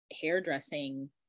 hairdressing